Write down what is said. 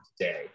today